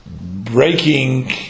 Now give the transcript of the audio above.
breaking